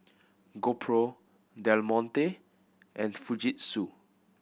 GoPro Del Monte and Fujitsu